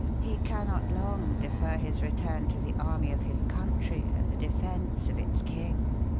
he cannot long defer his return to the army of his country and the defence of its king,